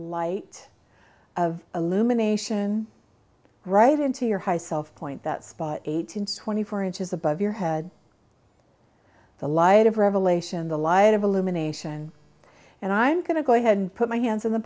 light of illumination right into your high self point that spot eight hundred twenty four inches above your head the light of revelation the light of illumination and i'm going to go ahead and put my hands of the